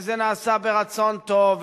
וזה נעשה ברצון טוב,